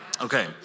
Okay